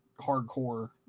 hardcore